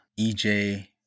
EJ